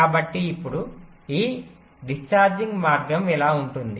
కాబట్టి ఇప్పుడు ఈ ఉత్సర్గ మార్గం ఇలా ఉంటుంది